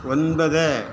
ஒன்பது